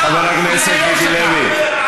תתבייש לך.